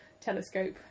telescope